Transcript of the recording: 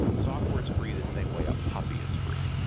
software is free the same way a puppy is free.